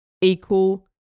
equal